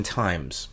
times